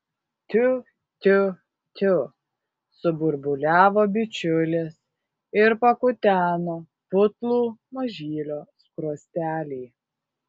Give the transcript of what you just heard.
tiu tiu tiu suburbuliavo bičiulis ir pakuteno putlų mažylio skruostelį